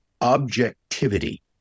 objectivity